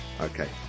Okay